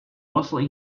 mostly